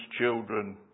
children